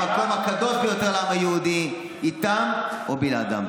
המקום הקדוש ביותר לעם היהודי, איתם או בלעדיהם.